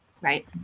Right